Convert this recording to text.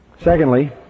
Secondly